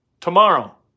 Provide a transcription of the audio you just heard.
tomorrow